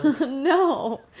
No